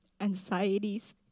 anxieties